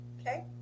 okay